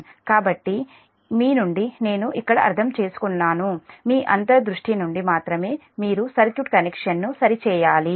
కాబట్టి మీ నుండి నేను ఇక్కడ అర్థం చేసుకున్నాను మీ అంతర్ దృష్టి నుండి మాత్రమే మీరు సర్క్యూట్ కనెక్షన్ను సరిచేయాలి